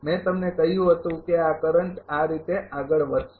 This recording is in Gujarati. મેં તમને કહ્યું હતું કે આ કરંટ આ રીતે આગળ વધશે